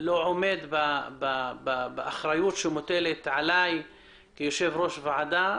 עומד באחריות שמוטלת עלי כיושב-ראש ועדה